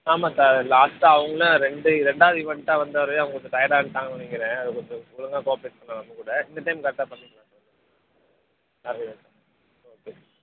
ஆமாம் சார் லாஸ்ட்டாக அவங்களும் ரெண்டு ரெண்டாவது ஈவென்ட்டாக வந்தாரு அவங்க கொஞ்சம் டயர்டாக ஆயிட்டாங்கன்னு நினைக்கிறேன் அவர் கொஞ்சம் ஒழுங்கா கோஆப்ரேட் பண்ணல நம்ம கூட இந்த டைம் கரெக்டாக பண்ணிடுவாரு சார் ஓகே